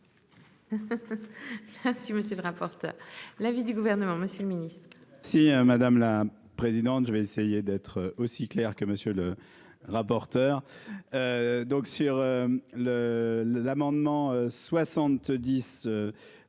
Merci monsieur le rapporteur. L'avis du gouvernement, Monsieur le Ministre. Si madame la présidente. Je vais essayer d'être aussi clair que monsieur le rapporteur. Donc sur le l'amendement 70.